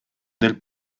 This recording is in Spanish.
del